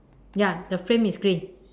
ya the frame is grey